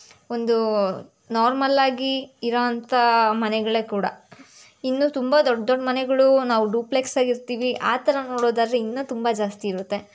ಒಂದು ನಾರ್ಮಲ್ ಆಗಿ ಇರುವಂಥ ಮನೆಗಳೇ ಕೂಡ ಇನ್ನು ತುಂಬ ದೊಡ್ಡ ದೊಡ್ಡ ಮನೆಗಳು ನಾವು ಡುಪ್ಲೆಕ್ಸ್ ಆಗಿರ್ತೀವಿ ಆ ಥರ ನೋಡೋದಾದರೆ ಇನ್ನೂ ತುಂಬ ಜಾಸ್ತಿ ಇರುತ್ತೆ